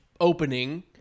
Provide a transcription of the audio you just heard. opening